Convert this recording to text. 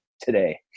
today